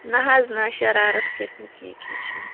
نَہ حظ نَہ شَرارت کھَسہِ نہٕ کیٚنٛہہ کیٚنٛہہ چھُنہٕ